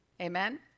Amen